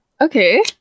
okay